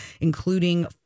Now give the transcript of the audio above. including